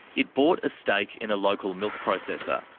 it bought a stake in a local milk processor.